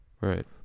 Right